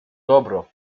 dobro